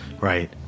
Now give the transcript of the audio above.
Right